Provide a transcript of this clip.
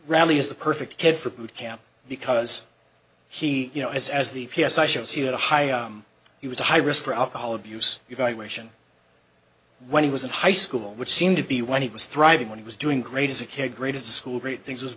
rally is the perfect kid for boot camp because he you know is as the p s i should see it a high he was a high risk for alcohol abuse evaluation when he was in high school which seemed to be when he was thriving when he was doing great as a kid greatest school great things w